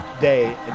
Day